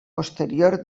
posterior